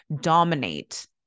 dominate